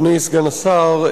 אדוני סגן השר,